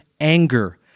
anger